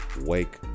wake